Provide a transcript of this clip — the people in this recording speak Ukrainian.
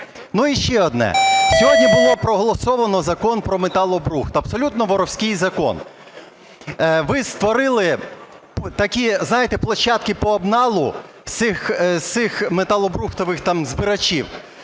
Ну іще одне. Сьогодні було проголосовано Закон про металобрухт. Абсолютно воровський закон. Ви створили такі, знаєте, площадки по обналу з цих металобрухтових там збирачів.